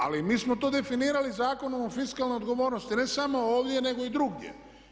Ali mi smo to definirali Zakonom o fiskalnoj odgovornosti, ne samo ovdje nego i drugdje.